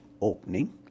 opening